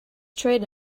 trade